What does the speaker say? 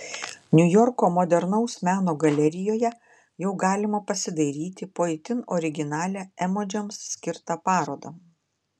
niujorko modernaus meno galerijoje jau galima pasidairyti po itin originalią emodžiams skirtą parodą